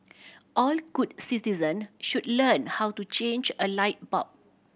all good citizen should learn how to change a light bulb